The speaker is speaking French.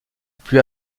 plus